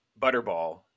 Butterball